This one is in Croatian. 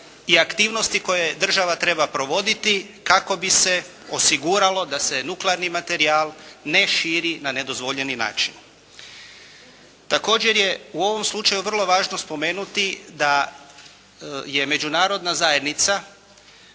i aktivnosti koje država treba provoditi kako bi se osiguralo da se nuklearni materijal ne širi na nedozvoljeni način. Također je u ovom slučaju vrlo važno spomenuti da je Međunarodna zajednica